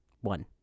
One